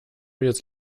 jetzt